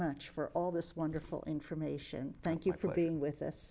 much for all this wonderful information thank you for being with us